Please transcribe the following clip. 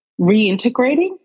reintegrating